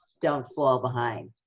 don't fall behind.